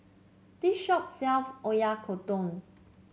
this shop sells Oyakodon